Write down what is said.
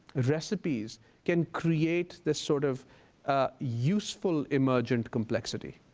and recipes can create this sort of useful emergent complexity.